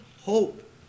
hope